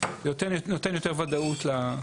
נותן יותר ודאות ליבואנים.